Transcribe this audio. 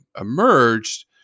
emerged